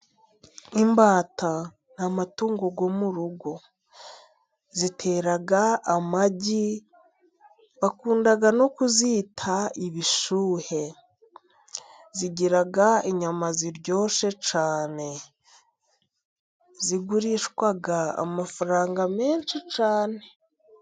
Imbata ni amatungo yo mu rugo ,zitera amagi bakunda no kuzita ibishuhe, zigira inyama ziryoshye cyane, zigurishwa amafaranga menshi cyane.